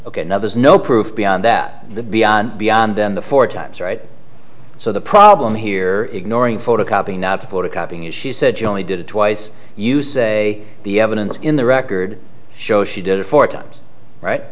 ok now there's no proof beyond that the beyond beyond then the four times right so the problem here ignoring photocopy not to photocopying is she said she only did it twice you say the evidence in the record shows she did it four times right